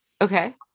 Okay